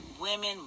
women